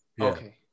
Okay